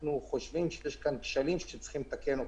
אנחנו חושבים שיש כאן כשלים שצריך לתקן.